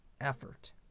effort